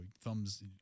thumbs